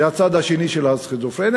זה הצד השני של הסכיזופרניה.